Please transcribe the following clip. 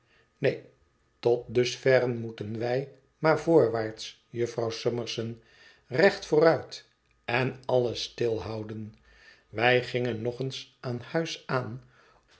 neen tot dusverre moeten wij maar voorwaarts jufvrouw summerson recht vooruit en alles stilhouden wij gingen nog eens aan huis aan